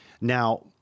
Now